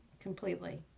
completely